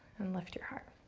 and lift your heart.